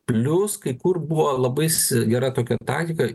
plius kai kur buvo labai gera tokia taktika